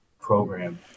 program